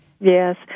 Yes